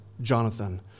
Jonathan